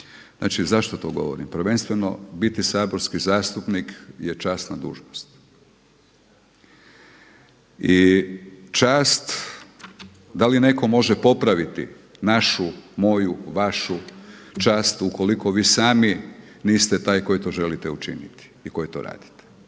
zašto to govorim? Prvenstveno biti saborski zastupnik je časna dužnost i čast da li netko može popraviti našu, moju, vašu čast ukoliko vi sami niste taj koji to želite učiniti i koji to radite.